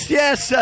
yes